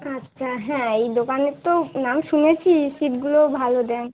আচ্ছা হ্যাঁ এই দোকানের তো নাম শুনেছি ছিটগুলোও ভালো দেন